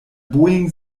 boeing